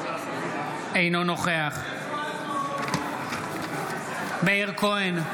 אינו נוכח מאיר כהן,